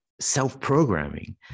self-programming